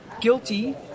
guilty